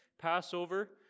Passover